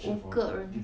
五个人